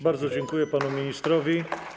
Bardzo dziękuję panu ministrowi.